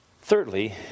thirdly